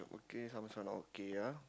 K some stall not okay ah